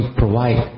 provide